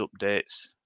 updates